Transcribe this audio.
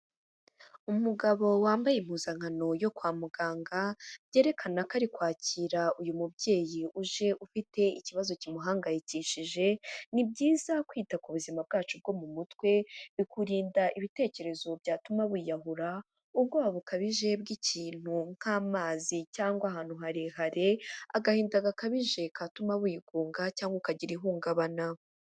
Umugabo wambaye impuzankano yo kwa muganga byerekana ko ari kwakira uyu mubyeyi uje ufite ikibazo kimuhangayikishije, ni byiza kwita ku buzima bwacu bwo mu mutwe bikurinda ibitekerezo byatuma wiyahura, ubwoba bukabije bw'ikintu nk'amazi cyangwa ahantu harehare, agahinda gakabije katuma wigunga cyangwa ukagira ihungabana.